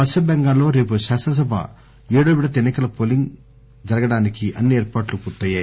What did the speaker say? పశ్చిమ బెంగాల్లో రేపు శాసనసభ ఏడో విడత ఎన్ని కల పోలీంగ్ కు అన్ని ఏర్పాట్టు పూర్తి అయ్యాయి